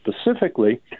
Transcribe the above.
specifically